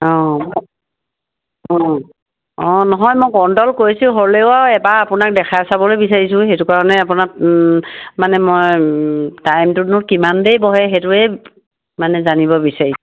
অঁ অঁ অঁ নহয় মই কণ্ট্ৰল কৰিছোঁ হ'লেও আৰু এবাৰ আপোনাক দেখাই চাবলৈ বিচাৰিছোঁ সেইটো কাৰণে আপোনাক মানে মই টাইমটোনো কিমান দেৰি বহে সেইটোৱেই মানে জানিব বিচাৰিছোঁ